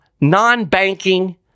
non-banking